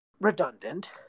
redundant